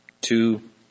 two